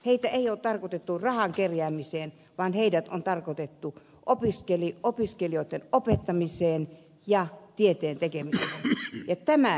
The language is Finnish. heitä ei ole tarkoitettu rahan kerjäämiseen vaan heidät on tarkoitettu opiskelijoitten opettamiseen ja tieteen tekemiseen